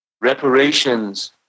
Reparations